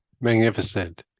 magnificent